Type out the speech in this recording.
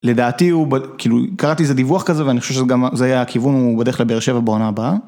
לדעתי הוא כאילו קראתי איזה דיווח כזה ואני חושב שזה היה הכיוון הוא בדרך כלל באר שבע בעונה הבאה.